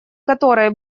которой